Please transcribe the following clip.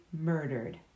murdered